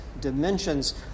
dimensions